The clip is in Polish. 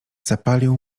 zapalił